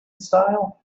style